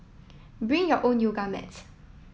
bring your own yoga mats